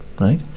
right